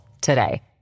today